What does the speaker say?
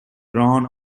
drawn